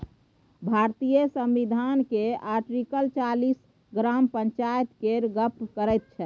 भारतीय संविधान केर आर्टिकल चालीस ग्राम पंचायत केर गप्प करैत छै